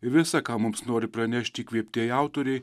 visa ką mums nori pranešti įkvėptieji autoriai